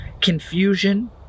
confusion